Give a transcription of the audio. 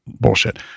bullshit